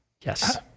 Yes